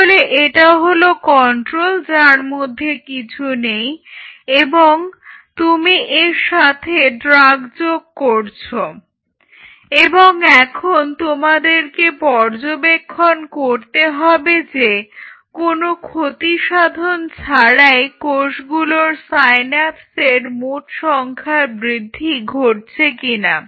তাহলে এটা হলো কন্ট্রোল যার মধ্যে কিছু নেই এবং তুমি এর সাথে ড্রাগ যোগ করছো এবং এখন তোমাদেরকে পর্যবেক্ষণ করতে হবে যে কোনো ক্ষতি সাধন ছাড়াই কোষগুলোর সাইন্যাপসের মোট সংখ্যার বৃদ্ধি ঘটছে কিনা